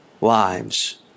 lives